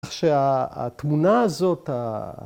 ‫כך שהתמונה הזאת...